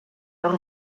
doch